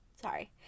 sorry